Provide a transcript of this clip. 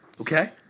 okay